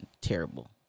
Terrible